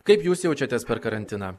kaip jūs jaučiatės per karantiną